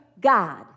God